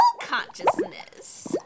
consciousness